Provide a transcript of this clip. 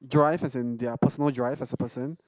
drive as in their personal drive as a person